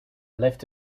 left